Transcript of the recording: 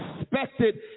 expected